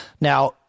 Now